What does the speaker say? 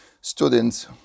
students